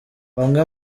bamwe